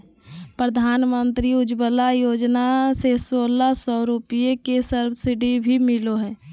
प्रधानमंत्री उज्ज्वला योजना से सोलह सौ रुपया के सब्सिडी भी मिलो हय